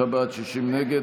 55 בעד, 60 נגד.